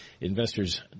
investors